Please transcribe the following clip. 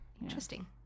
interesting